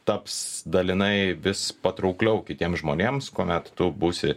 taps dalinai vis patraukliau kitiem žmonėms kuomet tu būsi